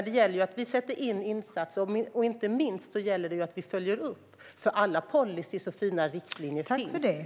Det gäller att vi sätter in insatser och inte minst följer upp, för alla policyer och fina riktlinjer finns.